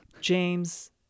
James